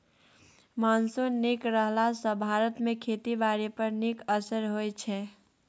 monsoon नीक रहला सँ भारत मे खेती बारी पर नीक असिर होइ छै